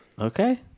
Okay